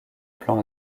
plan